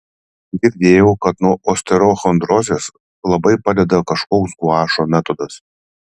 girdėjau kad nuo osteochondrozės labai padeda kažkoks guašo metodas